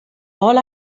all